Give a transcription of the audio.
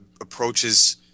approaches